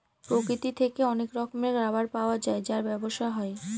প্রকৃতি থেকে অনেক রকমের রাবার পাওয়া যায় যার ব্যবসা হয়